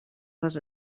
les